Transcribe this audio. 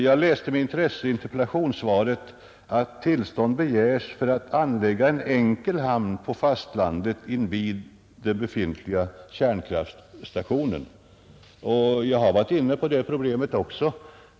Jag läste med intresse i interpellationssvaret att tillstånd begärs för att anlägga en enkel hamn på fastlandet invid den befintliga kärnkraftstationen. Jag har varit inne på det problemet också.